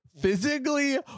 physically